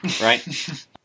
right